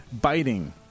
biting